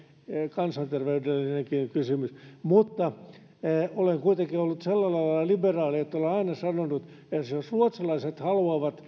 kansanterveydellinenkin kysymys mutta olen kuitenkin ollut sillä lailla liberaali että olen aina sanonut että jos ruotsalaiset haluavat